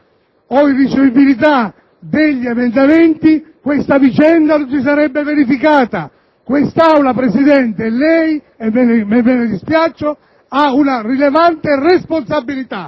l'irricevibilità degli emendamenti questa vicenda non si sarebbe verificata. Quest'Aula, Presidente, insieme a lei - e me ne dispiaccio - ha una rilevante responsabilità,